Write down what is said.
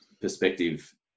perspective